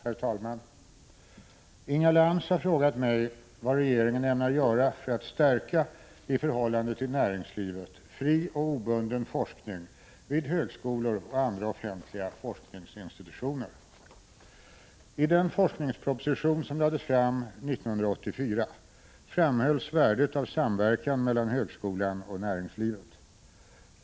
Herr talman! Inga Lantz har frågat mig vad regeringen ämnar göra för att stärka, i förhållande till näringslivet, fri och obunden forskning vid högskolor och andra offentliga forskningsinstitutioner. I den forskningsproposition som lades fram 1984 framhölls värdet av samverkan mellan högskolan och näringslivet.